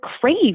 crave